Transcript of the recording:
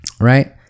right